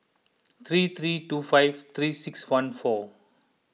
three three two five three six one four